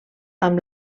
amb